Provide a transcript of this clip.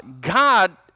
God